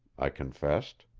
i confessed.